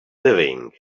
living